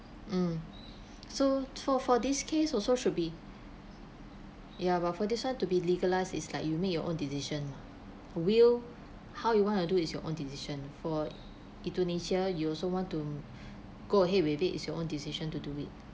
um so for for this case also should be ya but for this [one] to be legalized is like you make your own decision will how you want to do is your own decision for euthanasia you also want to go ahead with it it's your own decision to do it